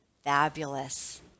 Fabulous